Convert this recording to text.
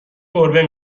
گربه